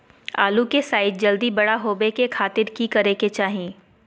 आलू के साइज जल्दी बड़ा होबे के खातिर की करे के चाही?